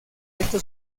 esto